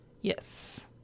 Yes